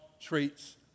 treats